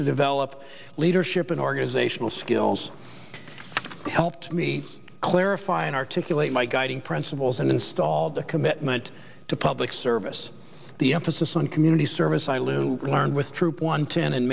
to develop leadership and organizational skills helped me clarify and articulate my guiding principles and installed a commitment to public service the emphasis on community service i luke learned with troop one ten